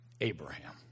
Abraham